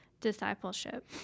discipleship